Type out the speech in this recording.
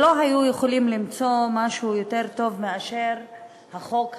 לא היו יכולים למצוא משהו יותר טוב מ"החוק הנורבגי".